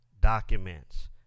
documents